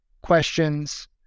questions